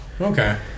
okay